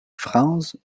franz